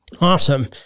Awesome